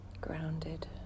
Grounded